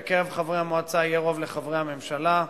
בקרב חברי המועצה יהיה רוב לחברי הממשלה,